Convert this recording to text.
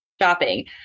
Shopping